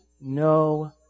no